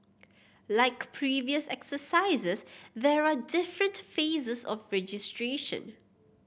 like previous exercises there are different phases of registration